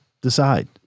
decide